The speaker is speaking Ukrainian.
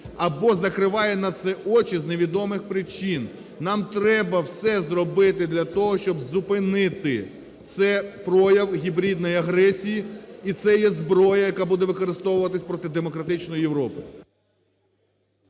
або закриває на це очі з невідомих причин. Нам треба все зробити для того, щоб зупинити цей прояв гібридної агресії, і це є зброя, яка буде використовуватися проти демократичної Європи.